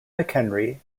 mchenry